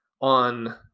on